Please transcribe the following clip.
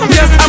Yes